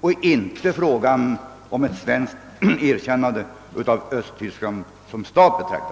och inte frågan om ett svenskt erkännande av Östtyskland såsom stat.